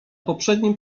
poprzednim